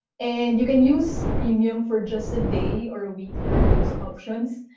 and you can use premium for just a day or a week, there are those options.